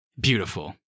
Beautiful